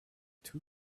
two